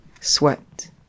sweat